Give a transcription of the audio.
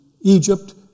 Egypt